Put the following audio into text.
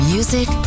Music